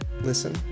listen